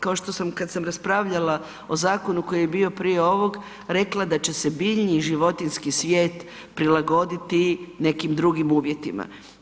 Kao što sam, kada sam raspravljala o zakonu koji je bio prije ovog rekla da će se biljni i životinjski svijet prilagoditi nekim drugim uvjetima.